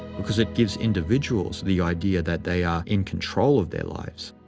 because it gives individuals the idea that they are in control of their lives.